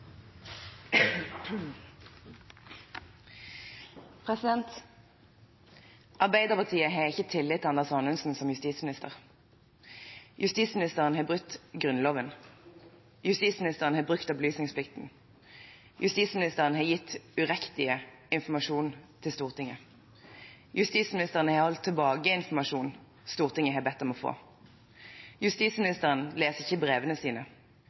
til. Arbeiderpartiet har ikke tillit til Anders Anundsen som justisminister. Justisministeren har brutt Grunnloven. Justisministeren har brutt opplysningsplikten. Justisministeren har gitt uriktig informasjon til Stortinget. Justisministeren har holdt tilbake informasjon Stortinget har bedt om å få. Justisministeren leser ikke brevene sine.